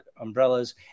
umbrellas